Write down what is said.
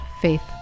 faith